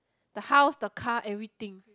the house the car everything